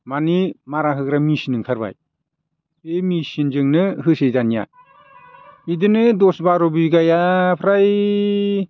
माने मारा होग्रा मेसिन ओंखारबाय बे मेसिनजोंनो होयोसै दानिया बिदिनो दस बार' बिगाया फ्राय